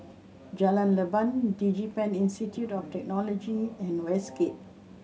Jalan Leban DigiPen Institute of Technology and Westgate